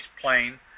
plane